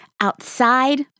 outside